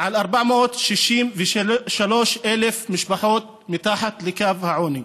על 463,000 משפחות מתחת לקו העוני.